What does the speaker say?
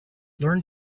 learn